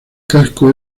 casco